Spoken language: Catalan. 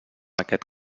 aquest